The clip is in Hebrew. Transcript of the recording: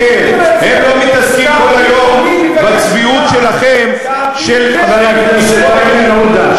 הם לא מתעסקים כל היום בצביעות שלכם חבר הכנסת איימן עודה.